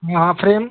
वहाँ फ्रेम